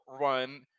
run